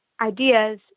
ideas